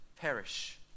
perish